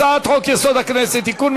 הצעת חוק-יסוד: הכנסת (תיקון,